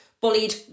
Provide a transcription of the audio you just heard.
bullied